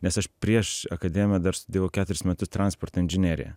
nes aš prieš akademiją dar studijavau keturis metus transporto inžineriją